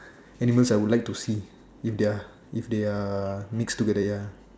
animals I would like to see if they are if they are mix together ya